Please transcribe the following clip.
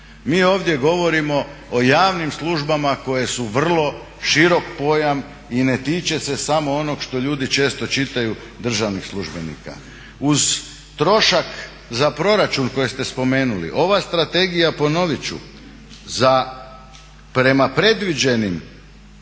Mi ovdje govorimo o javnim službama koje su vrlo širok pojam i ne tiče se samo onog što ljudi često čitaju državnih službenika. Uz trošak za proračun kojeg ste spomenuli, ova strategija ponovit ću prema predviđenim